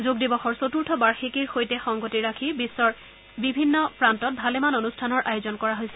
যোগ দিৱসৰ চতুৰ্থ বাৰ্ষিকীৰ সৈতে সংগতি ৰাখি বিশ্বৰ বিভিন্ন প্ৰান্তত ভালেমান অনুষ্ঠানৰ আয়োজন কৰা হৈছে